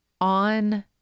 on